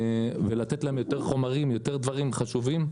ולתת להם יותר חומרים, יותר דברים חשובים.